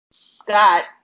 Scott